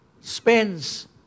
spends